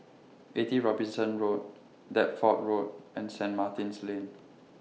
eighty Robinson Road Deptford Road and Saint Martin's Lane